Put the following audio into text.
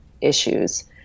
issues